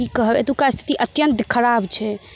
कि कहब एतुका स्थिति अत्यन्त खराब छै